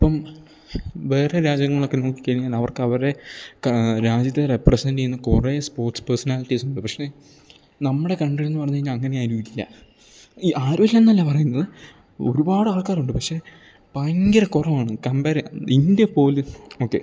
ഇപ്പം വേറെ രാജ്യങ്ങളൊക്കെ നോക്കിക്കഴിഞ്ഞാൽ അവർക്ക് അവരുടെ രാജ്യത്തെ റെപ്രസെൻറ് ചെയ്യുന്ന കുറേ സ്പോർട്സ് പേഴ്സണാലിറ്റീസ് ഉണ്ട് പക്ഷെ നമ്മുടെ കൺട്രി എന്ന് പറഞ്ഞു കഴിഞ്ഞാൽ അങ്ങനെ ആരും ഇല്ല ഈ ആരും ഇല്ല എന്നല്ല പറയുന്നത് ഒരുപാട് ആൾക്കാരുണ്ട് പക്ഷേ ഭയങ്കര കുറവാണ് കംപയറ് ഇന്ത്യ പോലെ ഓക്കെ